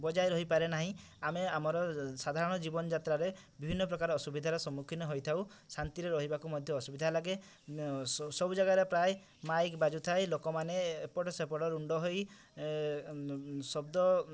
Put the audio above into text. ବଜାୟ ରହିପାରେ ନାହିଁ ଆମେ ଆମର ସାଧାରଣ ଜୀବନ ଯାତ୍ରାରେ ବିଭିନ୍ନ ପ୍ରକାର ଅସୁବିଧାର ସମ୍ମୁଖୀନ ହୋଇଥାଉ ଶାନ୍ତିରେ ରହିବାକୁ ମଧ୍ୟ ଅସୁବିଧା ଲାଗେ ସବୁ ଜାଗାରେ ପ୍ରାୟ ମାଇକ୍ ବାଜୁଥାଏ ଲୋକମାନେ ଏପଟ ସେପଟ ରୁଣ୍ଡହୋଇ ଶବ୍ଦ